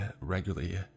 regularly